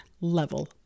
level